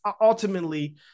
ultimately